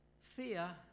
Fear